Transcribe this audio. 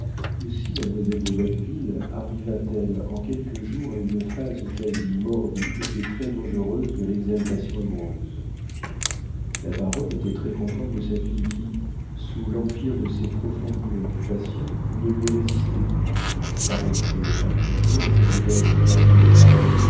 aussi mademoiselle de watteville arriva t elle en quelques jours à une phase quasi morbide et très dangereuse de l'exaltation amoureuse la baronne était très contente de sa fille qui sous l'empire de ses profondes préoccupations ne lui résistait plus paraissait appliquée à ses divers ouvrages de femme